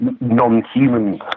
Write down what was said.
non-human